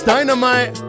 Dynamite